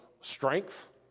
strength